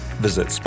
visit